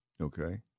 Okay